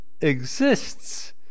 exists